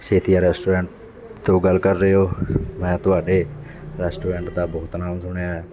Setia restaurant ਤੋਂ ਉਹ ਗੱਲ ਕਰ ਰਹੇ ਹੋ ਮੈਂ ਤੁਹਾਡੇ ਰੈਸਟੋਰੈਂਟ ਦਾ ਬਹੁਤ ਨਾਮ ਸੁਣਿਆ